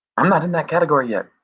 i'm not in that category yet.